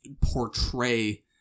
portray